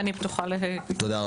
ואני פתוחה ל --- תודה,